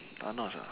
thanos ah